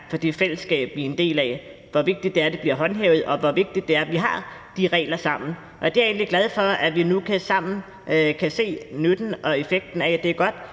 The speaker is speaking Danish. for det fællesskab, vi er en del af – hvor vigtigt det er, at de bliver håndhævet, og hvor vigtigt det er, at vi har de regler sammen. Jeg er egentlig glad for, at vi sammen nu kan se nytten og effekten af det, og